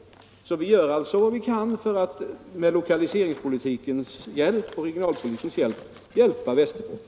Vi gör alltså så mycket vi kan genom lokaliseringspolitiken och regionalpolitiken för att hjälpa Västerbotten.